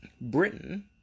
Britain